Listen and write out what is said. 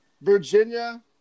Virginia